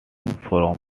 from